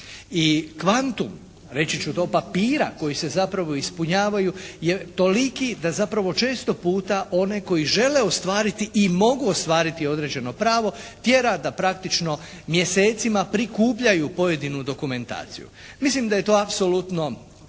I kvantum, reći ću do papira koji se zapravo ispunjavanju je toliko da zapravo često puta one koji žele ostvariti i mogu ostvariti određeno pravo tjera da praktično mjesecima prikupljaju pojedinu dokumentaciju. Mislim da je to apsolutno danas